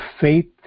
faith